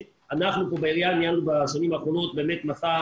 אנחנו בעירייה ניהלנו בשנים האחרונות מסע